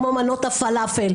כמו מנות הפלאפל.